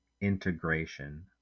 integration